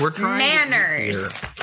manners